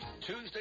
Tuesday